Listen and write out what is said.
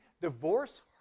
divorce